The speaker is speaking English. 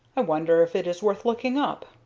i wonder if it is worth looking up?